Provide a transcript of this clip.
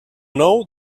nou